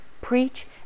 preach